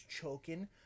choking